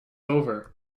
over